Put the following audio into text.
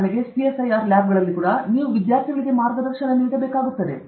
ಇದೀಗ ಸಿಎಸ್ಐಆರ್ ಲ್ಯಾಬ್ಗಳಲ್ಲಿ ಕೂಡಾ ನೀವು ವಿದ್ಯಾರ್ಥಿಗಳಿಗೆ ಮಾರ್ಗದರ್ಶನ ನೀಡಬೇಕು